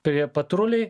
prie patruliai